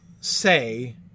say